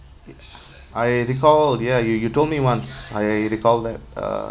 I recall ya you you told me once I recall that uh